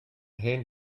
hen